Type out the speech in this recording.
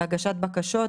בהגשת בקשות,